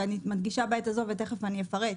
ואני מדגישה בעת הזו ותכף אפרט,